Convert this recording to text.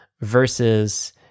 versus